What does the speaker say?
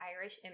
irish